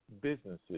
businesses